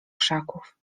krzaków